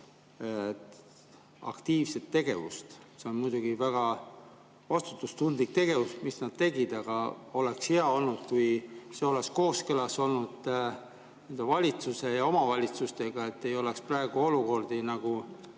aktiivset tegevust. See on muidugi väga vastutustundlik tegevus, mis nad tegid, aga oleks hea olnud, kui see oleks kooskõlas olnud valitsuse ja omavalitsustega, et ei oleks praegu selliseid olukordi, nagu